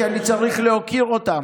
כי אני צריך להוקיר אותם.